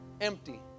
empty